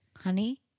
Honey